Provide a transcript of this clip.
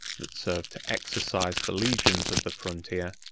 that served to exercise the legions of the frontier,